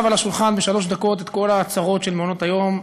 על השולחן בשלוש דקות את כל הצרות של מעונות-היום,